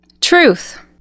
Truth